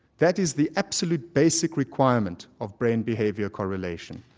that is the absolute basic requirement of brain behaviour correlation.